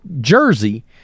jersey